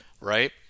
right